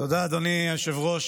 תודה, אדוני היושב-ראש.